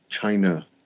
China